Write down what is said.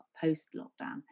post-lockdown